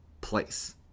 place